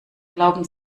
glauben